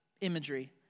imagery